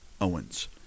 Owens